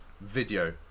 video